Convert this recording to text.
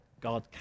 God